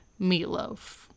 Meatloaf